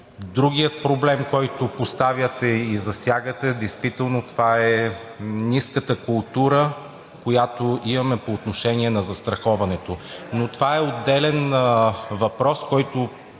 Другият проблем, който поставяте и засягате – действително това е ниската култура, която имаме по отношение на застраховането. Но това е отделен въпрос, по който